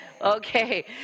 Okay